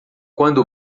quando